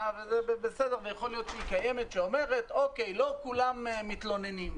שאומרת שלא כולם מתלוננים.